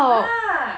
!wah!